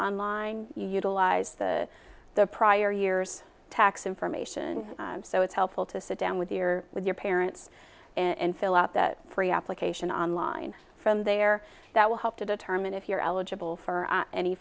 online utilize the the prior years tax information so it's helpful to sit down with your with your parents and fill out that free application online from there that will help to determine if you're eligible for